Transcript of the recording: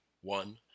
one